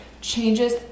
changes